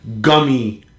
Gummy